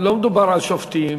לא מדובר על שופטים